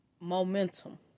momentum